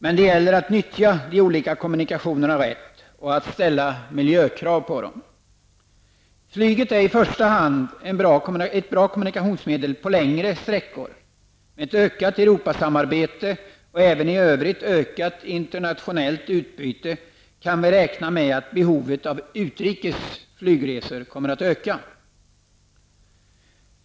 Men det gäller att nyttja de olika kommunikationerna rätt och att ställa miljökrav på dem. Flyget är i första hand ett bra kommunikationsmedel på längre sträckor. Med ett ökat Europasamarbete och även i övrigt ökat internationellt utbyte kan vi räkna med att behovet av utrikes flygresor kommer att öka.